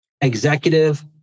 Executive